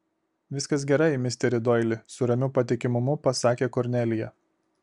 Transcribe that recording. viskas gerai misteri doili su ramiu patikimumu pasakė kornelija